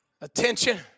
attention